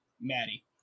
Maddie